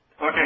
Okay